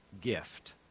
gift